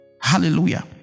Hallelujah